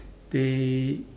they